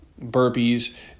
burpees